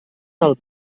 del